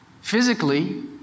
physically